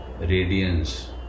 radiance